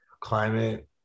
climate